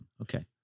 Okay